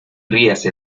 ríase